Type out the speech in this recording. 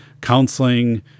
counseling